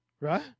Right